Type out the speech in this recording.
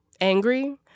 angry